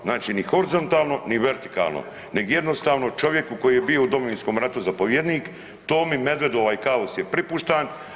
Znači ni horizontalno, ni vertikalno nego jednostavno čovjeku koji je bio u Domovinskom ratu zapovjednik Tomi Medvedu ovaj kaos je pripuštan.